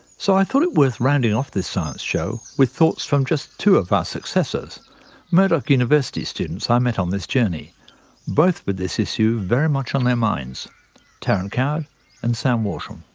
so i thought it worth rounding off this science show with thoughts from just two of our successors murdoch university students i met on this journey both with this issue very much on their minds tarryn coward and sam worsham.